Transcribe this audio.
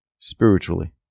spiritually